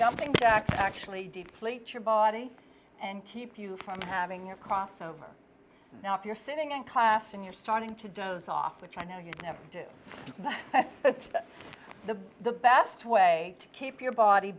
jumping jack actually deplete your body and keep you from having your crossover now if you're sitting in class and you're starting to doze off which i know you never do the the best way to keep